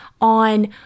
on